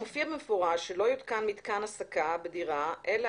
מופיע במפורש שלא יותקן מתקן הסקה בדירה אלא